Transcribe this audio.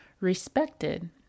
respected